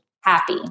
happy